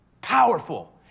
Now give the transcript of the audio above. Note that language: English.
Powerful